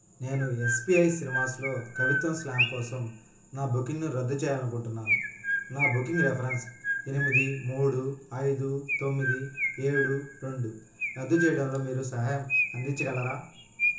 నేను ఎస్పిఐ సినిమాస్లో కవిత్వం స్లామ్ కోసం నా బుకింగ్ను రద్దు చెయ్యాలనుకుంటున్నాను నా బుకింగ్ రెఫరెన్స్ ఎనిమిది మూడు ఐదు తొమ్మిది ఏడు రెండు రద్దు చెయ్యడంలో మీరు సహాయం అందించగలరా